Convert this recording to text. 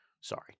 Sorry